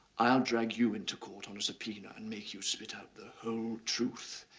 i'll drag you into court on a subpoena and make you spit out the whole truth.